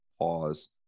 pause